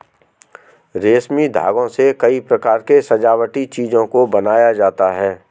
रेशमी धागों से कई प्रकार के सजावटी चीजों को बनाया जाता है